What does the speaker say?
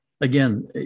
again